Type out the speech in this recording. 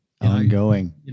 Ongoing